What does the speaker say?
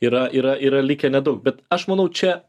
yra yra yra likę nedaug bet aš manau čia